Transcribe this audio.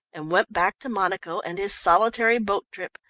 and went back to monaco and his solitary boat trip,